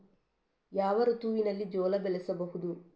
ಯಾವ ಋತುವಿನಲ್ಲಿ ಜೋಳ ಬೆಳೆಸಬಹುದು?